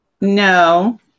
No